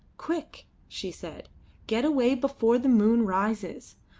quick, she said get away before the moon rises,